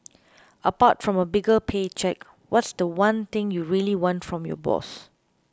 apart from a bigger pay cheque what's the one thing you really want from your boss